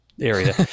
area